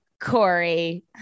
Corey